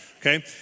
Okay